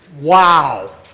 Wow